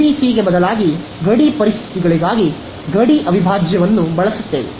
ಎಬಿಸಿಗೆ ಬದಲಾಗಿ ಗಡಿ ಪರಿಸ್ಥಿತಿಗಳಿಗಾಗಿ ಗಡಿ ಅವಿಭಾಜ್ಯವನ್ನು ಬಳಸುತ್ತೇವೆ